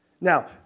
Now